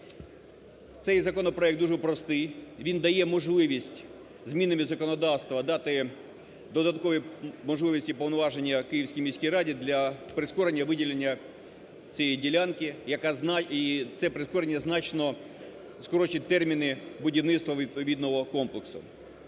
Цей законопроект дуже простий. Він дає можливість змінами в законодавство дати додаткові можливості і повноваження Київській міській раді для прискорення виділення цієї ділянки, і це прискорення значно скоротить терміни будівництва відповідного комплексу.